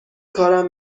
کارم